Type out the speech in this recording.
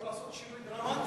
הוא יכול לעשות שינוי דרמטי.